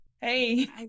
Hey